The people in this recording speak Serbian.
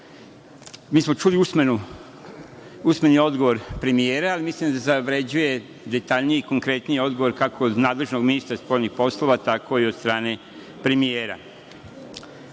smo čuli usmeni odgovor premijera, ali mislim da zavređuje detaljniji i konkretniji odgovor, kako od nadležnog ministra spoljnih poslova, tako i od strane premijera. Ne